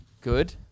Good